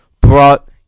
brought